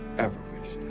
ever wish